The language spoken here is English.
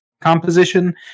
composition